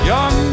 Young